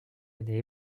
aîné